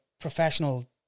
professional